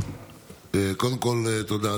קודם כול תודה,